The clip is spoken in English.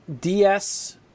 DS